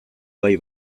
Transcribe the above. bai